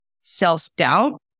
self-doubt